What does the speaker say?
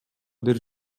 бир